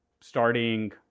starting